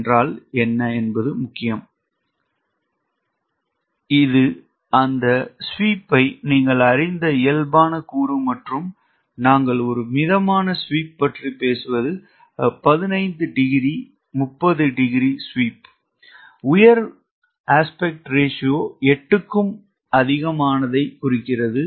என்றால் என்ன என்பது முக்கியம் இது அந்த ஸ்வீப்பை நீங்கள் அறிந்த இயல்பான கூறு மற்றும் நாங்கள் ஒரு மிதமான ஸ்வீப் பற்றி பேசுவது 15 டிகிரி 30 டிகிரி ஸ்வீப் உயர் விகித விகிதம் 8 க்கும் அதிகமானதைக் குறிக்கிறது